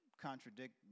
contradict